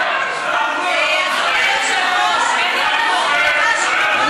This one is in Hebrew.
ומי שלא מוצא חן בעיניו, שיצא מפה.) תודה רבה.